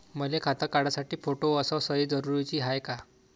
मले खातं काढासाठी फोटो अस सयी जरुरीची हाय का?